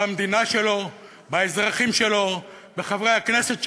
במדינה שלו, באזרחים שלו, בחברי הכנסת שלו,